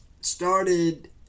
started